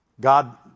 God